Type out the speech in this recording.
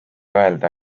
öelda